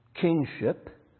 kingship